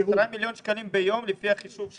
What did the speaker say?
10 מיליון ביום על פי החישוב שלי.